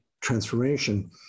transformation